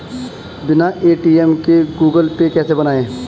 बिना ए.टी.एम के Google pay कैसे बनायें?